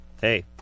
Hey